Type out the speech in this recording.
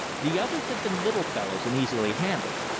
the others had been little fellows and easily handled.